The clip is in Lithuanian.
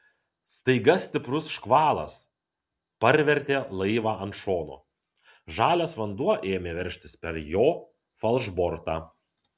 staiga stiprus škvalas parvertė laivą ant šono žalias vanduo ėmė veržtis per jo falšbortą